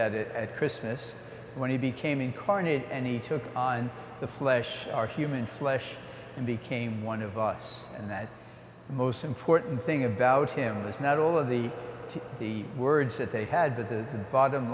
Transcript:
that at christmas when he became incarnate and he took on the flesh our human flesh and became one of us and that the most important thing about him was not all of the the words that they had the bottom